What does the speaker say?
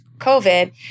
COVID